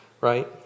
Right